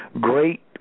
great